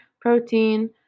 protein